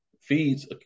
feeds